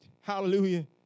Hallelujah